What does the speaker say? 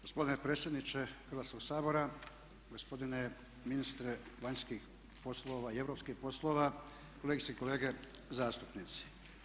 Gospodine predsjedniče Hrvatskoga sabora, gospodine ministre vanjskih poslova i europskih poslova, kolegice i kolege zastupnici.